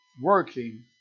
Working